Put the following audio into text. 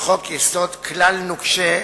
בחוק-יסוד כלל נוקשה,